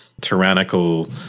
tyrannical